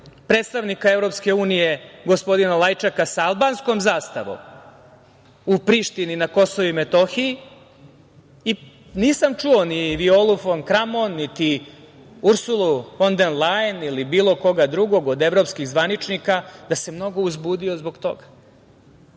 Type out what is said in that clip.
predstavnika EU, gospodina Lajčeka, sa albanskom zastavom u Prištini na Kosovu i Metohiji, nisam čuo ni Violu Fon Kramon, niti Ursulu fon der Lajen ili bilo koga drugog od evropskih zvaničnika da se mnogo uzbudio zbog toga.